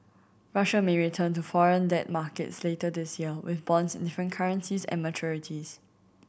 Russia may return to foreign debt markets later this year with bonds in different currencies and maturities